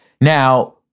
now